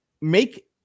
make